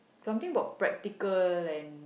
something about practical and